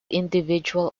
individual